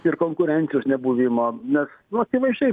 ir konkurencijos nebuvimo nes nu akivaizdžiai